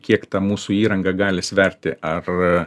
kiek ta mūsų įranga gali sverti ar